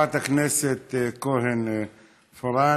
לחברת הכנסת כהן-פארן.